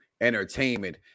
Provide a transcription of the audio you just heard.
Entertainment